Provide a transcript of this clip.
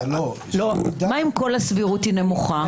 מה אם כל הסבירות היא נמוכה?